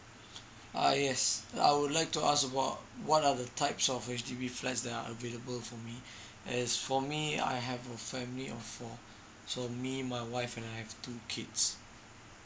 ah yes I would like to ask about what are the types of H_D_B flats that are available for me as for me I have a family of four so me my wife and I have two kids